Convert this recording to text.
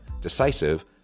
decisive